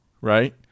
Right